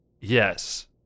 Yes